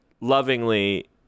lovingly